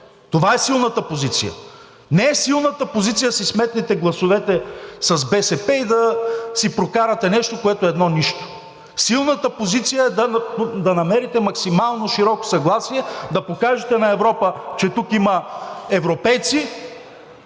Това е силната позиция. Не е силната позиция да си сметнете гласовете с БСП и да си прокарате нещо, което е едно нищо. Силната позиция е да намерите максимално широко съгласие, да покажете на Европа, че тук има европейци